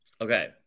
Okay